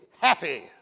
happy